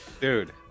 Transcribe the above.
Dude